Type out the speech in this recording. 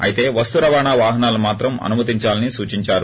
అయితే వస్తు రవాణ వాహనాలను మాత్రం అనుమతించాలని సూచించారు